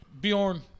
Bjorn